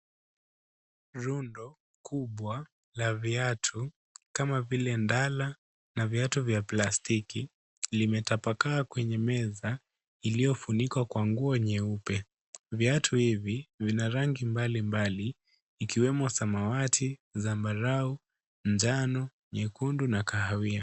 Rundo kubwa la viatu kama vile ndala na viatu vya plastiki limetapakaa kwenye meza iliofunikwa kwa nguo nyeupe viatu hivi vina rangi mbalimbali ikiwemo samawati, sambarau njano, nyekundu na kahawia.